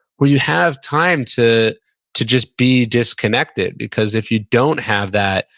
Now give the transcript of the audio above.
where you have time to to just be disconnected because, if you don't have that,